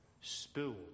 spilled